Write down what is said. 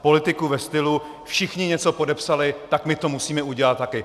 Politiku ve stylu: Všichni něco podepsali, tak my to musíme udělat taky.